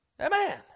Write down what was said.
Amen